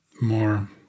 more